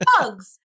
bugs